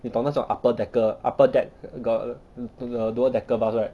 你懂那种 upper decker upper deck got the the lower decker bus right